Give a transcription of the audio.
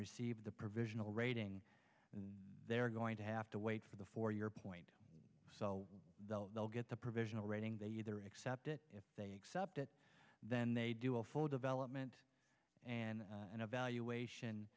received a provisional rating and they're going to have to wait for the for your point so they'll get the provisional rating they either accept it if they accept it then they do a full development and an evaluation